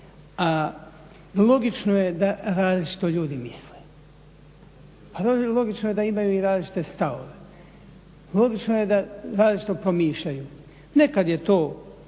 A logično je da različito ljudi misle. Logično je i da imaju različite stavove. Logično je da različito promišljaju. Nekad je to